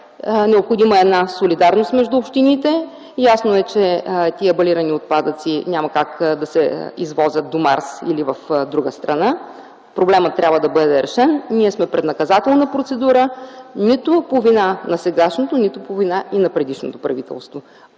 Необходима е солидарност между общините. Ясно е, че тези балирани отпадъци няма как да се извозят на Марс или в друга страна. Проблемът трябва да бъде решен. Ние сме пред наказателна процедура. Това нито е по вина на сегашното, нито на предишното правителство.